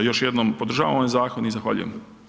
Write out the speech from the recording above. Još jednom, podržavam ovaj zakon i zahvaljujem.